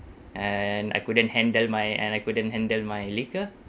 and I couldn't handle my and I couldn't handle my liquor